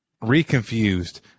Re-confused